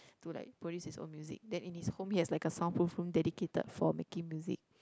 to like produce his own music then in his home he has like a sound proof room dedicated for making music